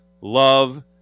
love